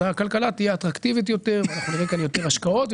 כך הכלכלה תהיה אטרקטיבית יותר ואנחנו נראה כאן יותר השקעות,